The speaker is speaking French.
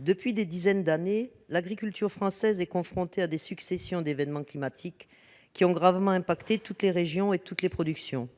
depuis une dizaine d'années, l'agriculture française est confrontée à une succession d'événements climatiques qui ont gravement impacté toutes les régions et toutes les productions.